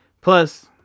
plus